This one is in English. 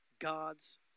God's